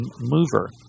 mover